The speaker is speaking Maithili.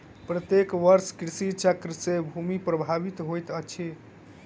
प्रत्येक वर्ष कृषि चक्र से भूमि प्रभावित होइत अछि